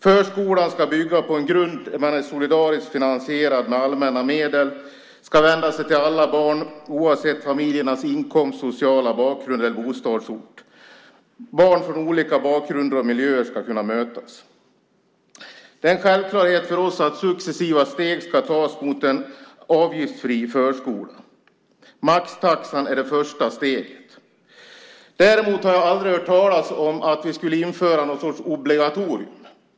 Förskolan ska bygga på en grund som är solidariskt finansierad med allmänna medel. Den ska vända sig till alla barn, oavsett familjernas inkomst, sociala bakgrund eller bostadsort. Barn från olika bakgrunder och miljöer ska kunna mötas. Det är en självklarhet för oss att successiva steg ska tas mot en avgiftsfri förskola. Maxtaxan är det första steget. Däremot har jag aldrig hört talas om att vi skulle införa någon sorts obligatorium.